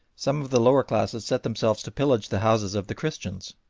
some of the lower classes set themselves to pillage the houses of the christians,